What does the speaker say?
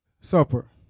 Supper